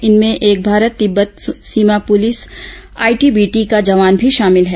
इनमें एक भारत तिब्बत सीमा पूलिस आईटीबीपी का जवान भी शामिल है